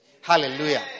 Hallelujah